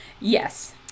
yes